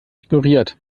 ignoriert